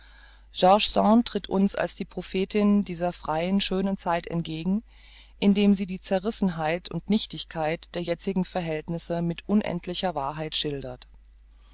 george sand tritt uns als die prophetin dieser freien schönen zukunft entgegen indem sie die zerrissenheit und nichtigkeit der jetzigen verhältnisse mit unendlicher wahrheit schildert